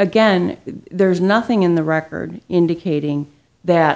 again there's nothing in the record indicating that